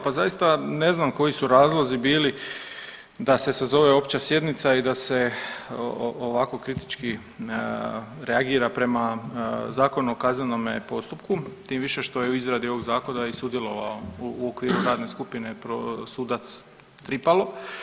Pa zaista ne znam koji su razlozi bili da se sazove opća sjednica i da se ovako kritički reagira prema Zakonu o kaznenome postupku tim više što je u izradi ovog zakona i sudjelovao u okviru radne skupine sudac Tripalo.